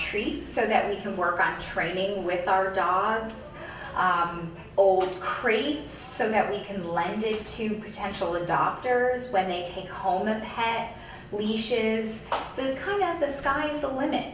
treats so that we can work on training with our dogs our old creates so that we can blend in to potential adopters when they take home and have leashes the kind of the sky's the limit